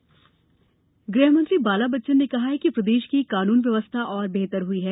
बाला बच्चन गृह मंत्री बाला बच्चन ने कहा है कि प्रदेश की कानून व्यवस्था और बेहतर हुई है